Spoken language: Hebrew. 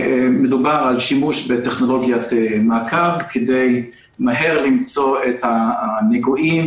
מדובר על שימוש בטכנולוגיית מעקב כדי למצוא מהר את הנגועים,